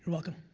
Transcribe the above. welcome.